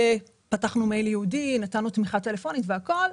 פתחנו מייל ייעודי, נתנו תמיכה טלפונית וכולי.